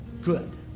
good